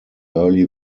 early